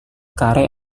kare